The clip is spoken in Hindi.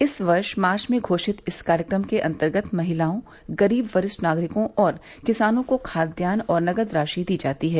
इस वर्ष मार्च में घोषित इस कार्यक्रम के अंतर्गत महिलाओं गरीब वरिष्ठ नागरिकों और किसानों को खाद्यान्न और नकद राशि दी जाती है